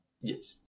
Yes